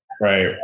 right